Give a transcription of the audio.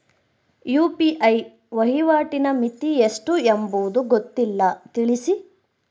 UPI ವಹಿವಾಟಿನ ಮಿತಿ ಎಷ್ಟು ಎಂಬುದು ಗೊತ್ತಿಲ್ಲ? ತಿಳಿಸಿ?